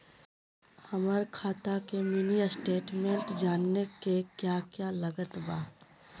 हमरा खाता के मिनी स्टेटमेंट जानने के क्या क्या लागत बा?